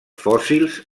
fòssils